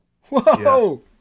Whoa